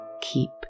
keep